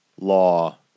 law